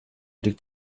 liegt